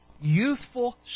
youthful